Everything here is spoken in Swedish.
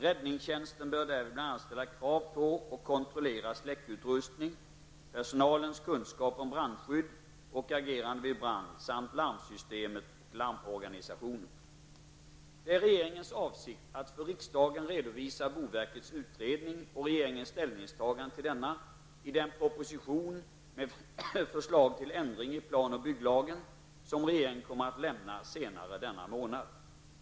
Räddningstjänsten bör därvid bl.a. ställa krav på och kontrollera släckutrustning, personalens kunskap om brandskydd och agerande vid brand samt larmsystemet och larmorganisationen. Det är regeringens avsikt att för riksdagen redovisa boverkets utredning och regeringens ställningstagande till denna i den proposition med förslag till ändringar i plan och bygglagen som regeringen kommer att lämna senare denna månad.